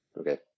Okay